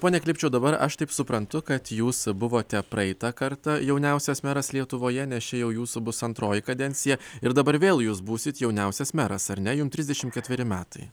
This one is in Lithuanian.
pone klipčiau dabar aš taip suprantu kad jūs buvote praeitą kartą jauniausias meras lietuvoje nes čia jau jūsų bus antroji kadencija ir dabar vėl jūs būsit jauniausias meras ar ne jums trisdešimt ketveri metai